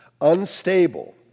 Unstable